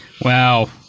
Wow